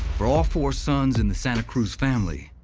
for all four sons in the santa cruz family,